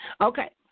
Okay